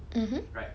mmhmm